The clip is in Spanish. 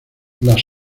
las